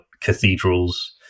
cathedrals